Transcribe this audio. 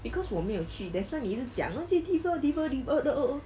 because 我没有去 that's why 你一直讲 okay T four T four lor